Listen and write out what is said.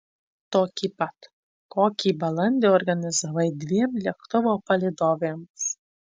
tokį pat kokį balandį organizavai dviem lėktuvo palydovėms